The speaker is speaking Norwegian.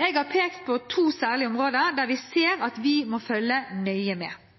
Jeg har pekt på to særlige områder der vi ser at vi må følge nøye med,